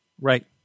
Right